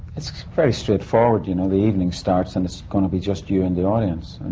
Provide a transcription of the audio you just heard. it's very straightforward. you know, the evening starts and it's gonna be just you and the audience.